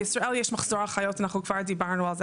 בישראל יש מחסור אחיות, אנחנו כבר דיברנו על זה.